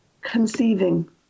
conceiving